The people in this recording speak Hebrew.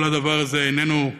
כל הדבר הזה איננו,